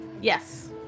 Yes